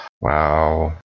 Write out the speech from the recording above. Wow